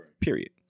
period